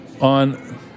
on